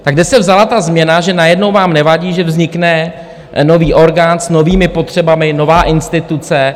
Tak kde se vzala ta změna, že najednou vám nevadí, že vznikne nový orgán s novými potřebami, nová instituce?